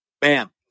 Bam